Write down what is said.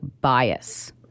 bias